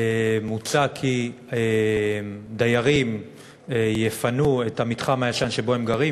מוצע כי דיירים יפנו את המתחם הישן שבו הם גרים,